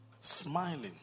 Smiling